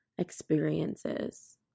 experiences